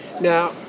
now